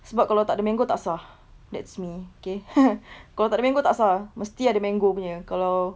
sebab kalau tak ada mango tak sah that's me okay kalau tak ada mango tak sah mesti ada mango punya kalau